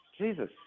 Jesus